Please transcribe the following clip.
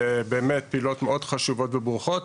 באמת פעילויות מאוד חשובות וברוכות,